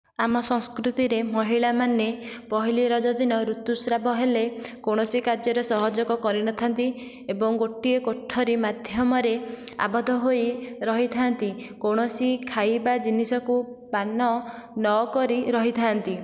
ଆମ ସଂସ୍କୃତିରେ ମହିଳାମାନେ ପହିଲି ରଜ ଦିନ ଋତୁସ୍ରାବ ହେଲେ କୌଣସି କାର୍ଯ୍ୟରେ ସହଯୋଗ କରିନଥାନ୍ତି ଏବଂ ଗୋଟିଏ କୋଠରି ମାଧ୍ୟମରେ ଆବଦ୍ଧ ହୋଇ ରହିଥାନ୍ତି କୌଣସି ଖାଇବା ଜିନିଷକୁ ପାନ ନ କରି ରହିଥାନ୍ତି